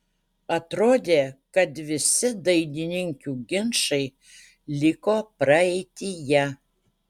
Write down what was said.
atrodė kad visi dainininkių ginčai liko praeityje